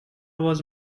was